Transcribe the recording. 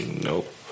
Nope